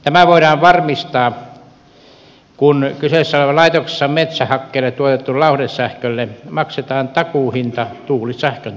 tämä voidaan varmistaa kun kyseessä olevassa laitoksessa metsähakkeella tuotetulle lauhdesähkölle maksetaan takuuhinta tuulisähkön tapaan